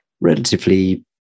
relatively